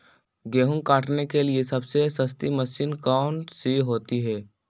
गेंहू काटने के लिए सबसे सस्ती मशीन कौन सी होती है?